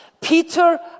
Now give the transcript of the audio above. Peter